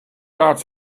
out